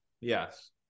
Yes